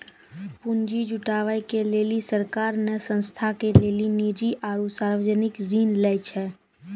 पुन्जी जुटावे के लेली सरकार ने संस्था के लेली निजी आरू सर्वजनिक ऋण लै छै